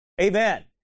Amen